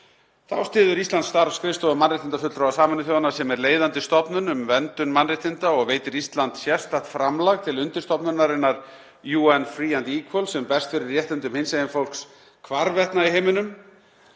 Þá styður Ísland starf skrifstofu mannréttindafulltrúa Sameinuðu þjóðanna, sem er leiðandi stofnun um verndun mannréttinda, og veitir Ísland sérstakt framlag til undirstofnunarinnar UN Free and Equal, sem berst fyrir réttindum hinsegin fólks hvarvetna í heiminum.